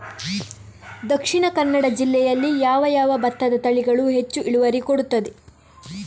ದ.ಕ ಜಿಲ್ಲೆಯಲ್ಲಿ ಯಾವ ಯಾವ ಭತ್ತದ ತಳಿಗಳು ಹೆಚ್ಚು ಇಳುವರಿ ಕೊಡುತ್ತದೆ?